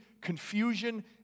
confusion